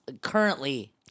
currently